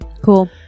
Cool